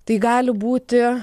tai gali būti